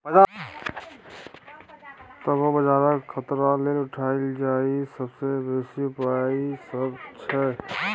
तबो बजारक खतरा लेल उठायल जाईल सबसे बेसी उपाय ई सब छै